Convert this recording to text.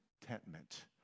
contentment